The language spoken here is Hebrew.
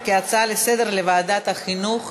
להצעה לסדר-היום ולהעביר את הנושא לוועדת החינוך,